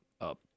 up